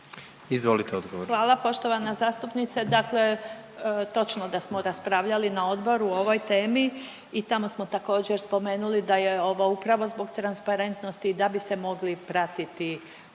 Marija** Hvala poštovana zastupnice. Dakle, točno da smo raspravljali na odboru o ovoj temi i tamo smo također spomenuli da je ovo upravo zbog transparentnosti da bi se mogli pratiti